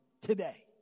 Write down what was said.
today